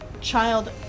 child